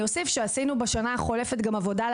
אוסיף שבשנה החולפת עשינו עבודה כדי